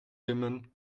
dimmen